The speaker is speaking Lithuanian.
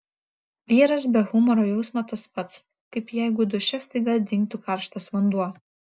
vyras be humoro jausmo tas pats kaip jeigu duše staiga dingtų karštas vanduo